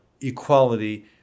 equality